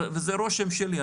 זה הרושם שלי.